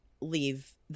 leave